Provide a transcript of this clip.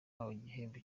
igihembo